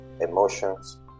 emotions